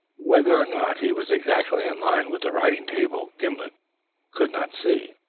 whether or not he was exactly in line with the writing-table gimblet could not see,